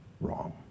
wrong